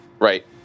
right